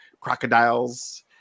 crocodiles